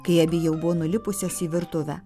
kai abi jau buvo nulipusios į virtuvę